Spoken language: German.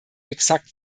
exakt